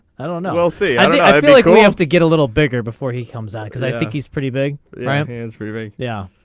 i don't know we'll see i mean. like we have to get a little bigger before he comes out because i think he's pretty big. right hands free right yeah